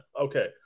Okay